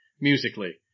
musically